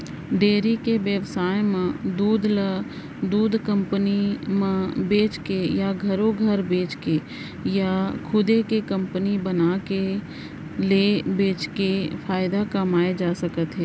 dairy के बेवसाय म दूद ल दूद कंपनी म बेचके या घरो घर बेचके या खुदे के कंपनी बनाके ले बेचके फायदा कमाए जा सकत हे